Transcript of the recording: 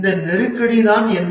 இந்த நெருக்கடி என்ன